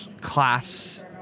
class